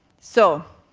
so,